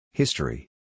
History